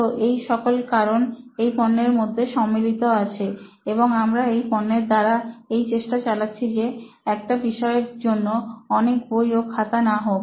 তো এই সকল কারণ এই পণ্যের মধ্যে সম্মিলিত আছে এবং আমরা এই পণ্যের দ্বারা এই চেষ্টা চালাচ্ছি যে একটা বিষয়ের জন্য অনেক বই ও খাতা না হোক